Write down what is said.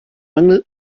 mangel